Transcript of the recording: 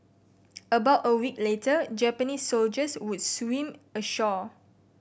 about a week later Japanese soldiers would swim ashore